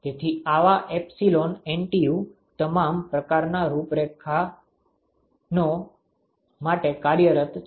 તેથી આવા epsilon NTU તમામ પ્રકારના રૂપરેખાંકનો માટે કાર્યરત છે